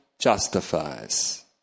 justifies